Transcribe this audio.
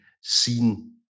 seen